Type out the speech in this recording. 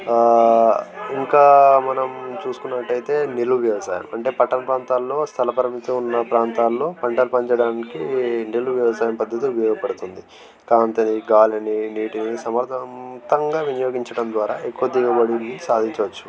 ఇంకా మనం చూసుకున్నట్టయితే నిల్వ వ్యవసాయం అంటే పట్టణ ప్రాంతాల్లో స్థల పరిమితి ఉన్న ప్రాంతాల్లో పంట పండించడానికి నిల్వ వ్యవసాయ పద్ధతి ఉపయోగపడుతుంది కాంతిని గాలిని నీటిని సమర్థవంతంగా వినియోగించడం ద్వారా ఎక్కువ దిగుబడిని సాధించవచ్చు